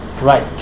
right